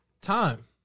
Time